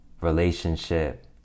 relationship